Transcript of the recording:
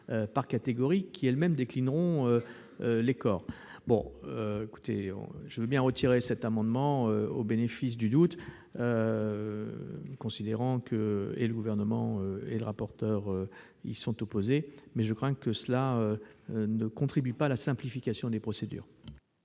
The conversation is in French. par catégories, sans compter la déclinaison par corps. Je veux bien retirer cet amendement au bénéfice du doute, considérant que et le Gouvernement et le rapporteur y sont opposés. Mais je crains que cet article ne contribue pas à la simplification des procédures.